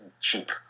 cheap